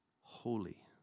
holy